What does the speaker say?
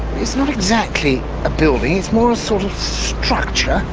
it's not exactly a building, it's more a sort of structure,